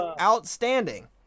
outstanding